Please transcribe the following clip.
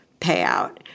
payout